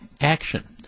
action